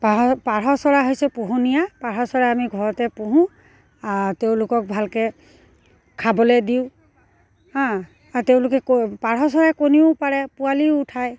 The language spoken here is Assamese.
পাৰ পাৰ চৰাই হৈছে পোহনীয়া পাৰ চৰাই আমি ঘৰতে পোহোঁ আৰু তেওঁলোকক ভালকৈ খাবলৈ দিওঁ হাঁ আৰু তেওঁলোকে পাৰ চৰাই কণীও পাৰে পোৱালিও উঠায়